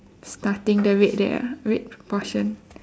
starting the red there ah red portion